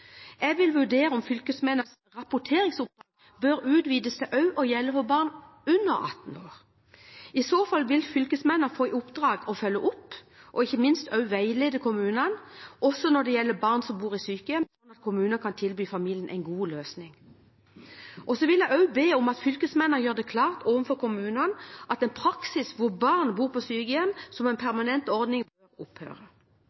Jeg vil vurdere om fylkesmennenes rapporteringsoppdrag bør utvides til også å gjelde for barn under 18 år. I så fall vil fylkesmennene få i oppdrag å følge opp og ikke minst å veilede kommunene også når det gjelder barn som bor i sykehjem, slik at kommunene kan tilby familiene gode løsninger. Jeg vil også be om at fylkesmennene gjør det klart overfor kommunene at en praksis hvor barn bor på sykehjem som en